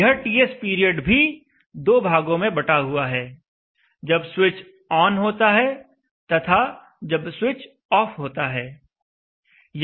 यह TS period भी दो भागों में बंटा हुआ है जब स्विच ऑन होता है तथा जब स्विच ऑफ होता है